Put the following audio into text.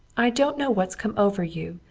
i don't know what's come over you.